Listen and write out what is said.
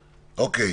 אוקיי,